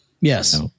Yes